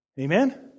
Amen